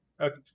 okay